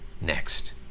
next